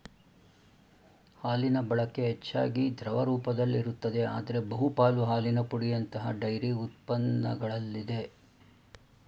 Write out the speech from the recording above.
ಹಾಲಿನಬಳಕೆ ಹೆಚ್ಚಾಗಿ ದ್ರವ ರೂಪದಲ್ಲಿರುತ್ತದೆ ಆದ್ರೆ ಬಹುಪಾಲು ಹಾಲಿನ ಪುಡಿಯಂತಹ ಡೈರಿ ಉತ್ಪನ್ನಗಳಲ್ಲಿದೆ